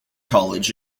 college